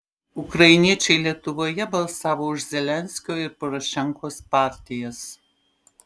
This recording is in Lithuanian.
ukrainiečiai lietuvoje balsavo už zelenskio ir porošenkos partijas